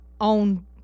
on